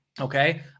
okay